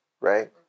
Right